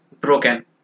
broken